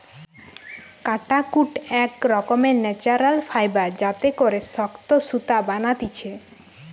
কাটাকুট এক রকমের ন্যাচারাল ফাইবার যাতে করে শক্ত সুতা বানাতিছে